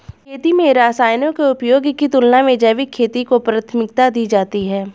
खेती में रसायनों के उपयोग की तुलना में जैविक खेती को प्राथमिकता दी जाती है